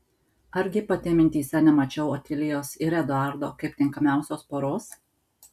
argi pati mintyse nemačiau otilijos ir eduardo kaip tinkamiausios poros